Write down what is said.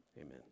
amen